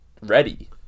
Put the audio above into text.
ready